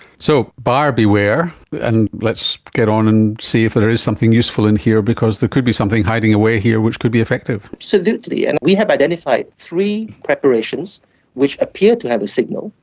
so, buyer beware, and let's get on and see if there is something useful in here because there could be something hiding away here which could be effective. absolutely, and we have identified three preparations which appear to have a signal.